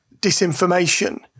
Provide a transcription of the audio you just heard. disinformation